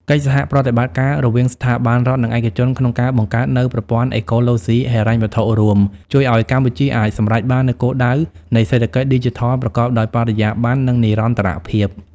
កិច្ចសហប្រតិបត្តិការរវាងស្ថាប័នរដ្ឋ និងឯកជនក្នុងការបង្កើតនូវប្រព័ន្ធអេកូឡូស៊ីហិរញ្ញវត្ថុរួម ជួយឱ្យកម្ពុជាអាចសម្រេចបាននូវគោលដៅនៃសេដ្ឋកិច្ចឌីជីថលប្រកបដោយបរិយាបន្ន និងនិរន្តរភាព។